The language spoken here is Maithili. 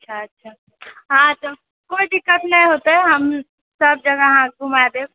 अच्छा अच्छा हँ तऽ कोय दिक्कत नहि होते हम सब जगह अहाँ कऽ घुमा देब